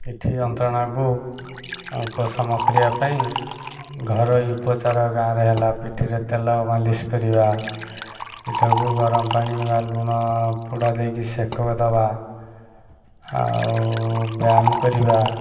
ପିଠି ଯନ୍ତ୍ରଣାକୁ ଉପଶମ କରିବା ପାଇଁ ଘରୋଇ ଉପଚାର ଗାଁରେ ହେଲା ପିଠିରେ ତେଲ ମାଲିସ କରିବା ପିଠାକୁ ଗରମ ପାଣି ବା ଲୁଣ ପୁଡ଼ା ଦେଇକି ସେକ ଦେବା ଆଉ ବ୍ୟାୟାମ କରିବା